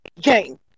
game